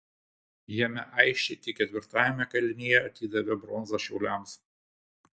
jame aisčiai tik ketvirtajame kėlinyje atidavė bronzą šiauliams